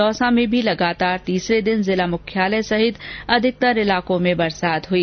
दौसा में भी लगातार तीसरे दिन जिला मुख्यालय सहित अधिकतर इलाकों में बरसात हुई